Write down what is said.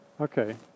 Okay